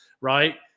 right